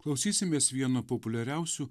klausysimės vieno populiariausių